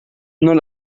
non